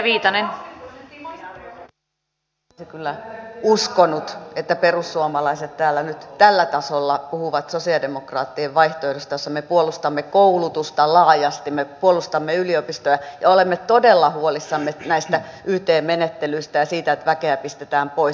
en olisi kyllä uskonut että perussuomalaiset täällä nyt tällä tasolla puhuvat sosialidemokraattinen vaihtoehdosta jossa me puolustamme koulutusta laajasti me puolustamme yliopistoja ja olemme todella huolissamme näistä yt menettelyistä ja siitä että väkeä pistetään pois